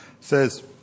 says